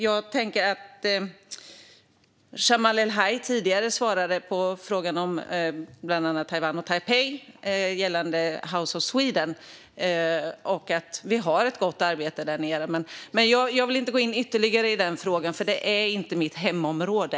Jag tänker att Jamal El-Haj tidigare svarade på frågan om Taiwan och Taipei gällande bland annat House of Sweden och att vi har ett gott arbete där nere. Men jag vill inte gå in ytterligare på den frågan, för det är tyvärr inte mitt hemområde.